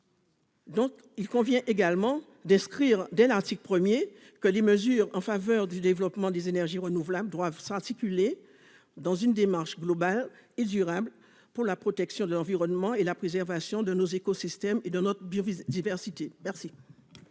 dans ce projet de loi, dès l'article 1 A, que les mesures en faveur du développement des énergies renouvelables doivent s'articuler, dans une démarche globale et durable, avec la protection de l'environnement et la préservation de nos écosystèmes et de notre biodiversité. Quel